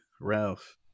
Ralph